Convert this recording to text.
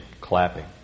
clapping